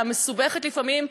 המסובכת לפעמים,